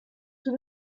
tout